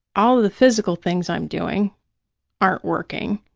all the physical things i'm doing aren't working.